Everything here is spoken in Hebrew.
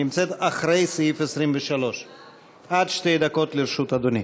שנמצאת אחרי סעיף 23. עד שתי דקות לרשות אדוני.